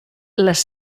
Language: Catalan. les